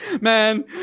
man